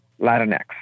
Latinx